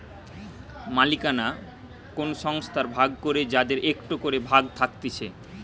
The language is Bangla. মালিকানা কোন সংস্থার ভাগ করে যাদের একটো করে ভাগ থাকতিছে